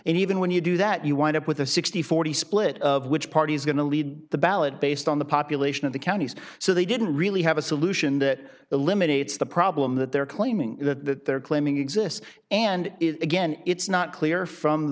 and even when you do that you wind up with a six thousand and forty split of which party is going to lead the ballot based on the population of the counties so they didn't really have a solution that eliminates the problem that they're claiming that they're claiming exists and is again it's not clear from